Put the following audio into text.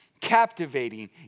captivating